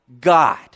God